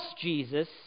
Jesus